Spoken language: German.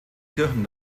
kirchen